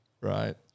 right